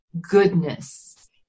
goodness